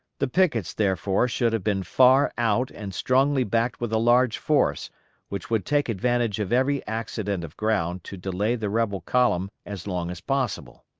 the pickets, therefore, should have been far out and strongly backed with a large force which would take advantage of every accident of ground to delay the rebel column as long as possible.